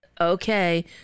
okay